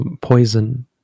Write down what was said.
poison